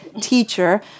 teacher